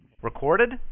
Recorded